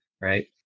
Right